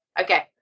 Okay